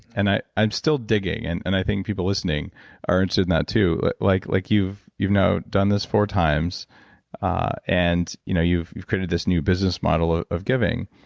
and i'm still digging and and i think people listening are interested in that too, like like you've you know done this four times ah and you know you've you've created this new business model ah of giving,